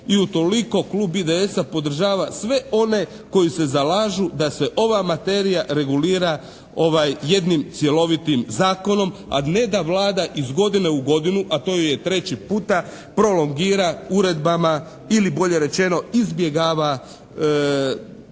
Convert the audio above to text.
I utoliko klub IDS-a podržava sve one koji se zalažu da se ova materija regulira jednim cjelovitim zakonom a ne da Vlada iz godine u godinu, a to joj je treći puta prolongira uredbama ili bolje rečeno izbjegava